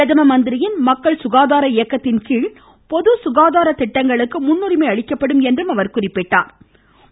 பிரதம மந்திரியின் மக்கள் சுகாதார இயக்கத்தின்கீழ் பொது சுகாதார திட்டங்களுக்கு முன்னரிமை அளிக்கப்படும் என்றார்